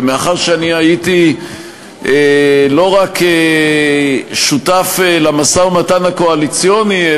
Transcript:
ומאחר שהייתי לא רק שותף למשא-ומתן הקואליציוני,